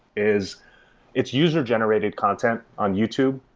is it's user generated content on youtube,